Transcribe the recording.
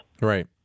Right